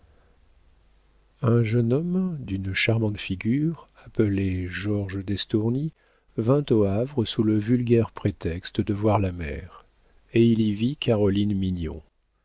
un jeune homme d'une charmante figure appelé georges d'estourny vint au havre sous le vulgaire prétexte de voir la mer et il y vit caroline mignon